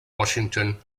washington